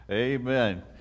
Amen